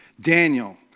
Daniel